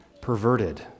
perverted